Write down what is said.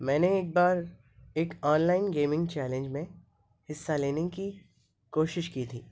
میں نے ایک بار ایک آن لائن گیمنگ چیلنج میں حصہ لینے کی کوشش کی تھی